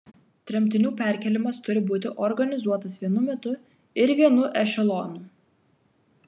tremtinių perkėlimas turi būti organizuotas vienu metu ir vienu ešelonu